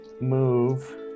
move